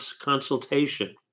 consultation